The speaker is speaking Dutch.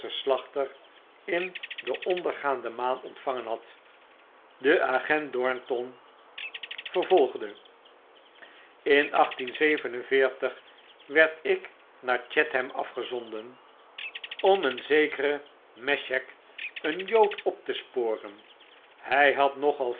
in de ondergaande maan ontvangen had de agent don nton in werd ik naar chatham afgezonden om een zekeren mesheck een jood op te sporen fly had